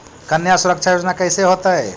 कन्या सुरक्षा योजना कैसे होतै?